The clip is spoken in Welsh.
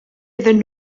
iddyn